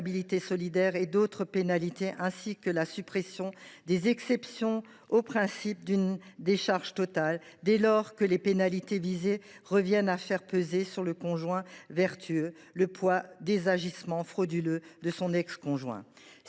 de responsabilité solidaire à d’autres pénalités, ainsi que de la suppression des exceptions au principe d’une décharge totale, dès lors que les pénalités visées reviennent à faire peser sur le conjoint vertueux le poids des agissements frauduleux de son ex conjoint.